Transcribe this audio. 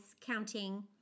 counting